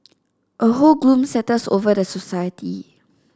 a whole gloom settles over the society